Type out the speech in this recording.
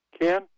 Ken